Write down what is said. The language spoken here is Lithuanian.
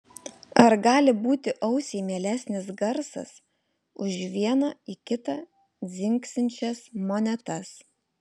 ar gali būti ausiai mielesnis garsas už viena į kitą dzingsinčias monetas